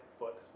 foot